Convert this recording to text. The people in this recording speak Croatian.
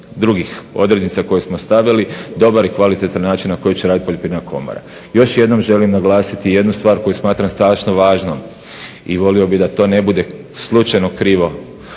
drugih odrednica koje smo stavili, dobar i kvalitetan način na koji će raditi Poljoprivredna komora. Još jednom želim naglasiti jednu stvar koju smatram strašno važnom i volio bih da to ne bude slučajno krivo